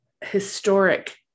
historic